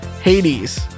Hades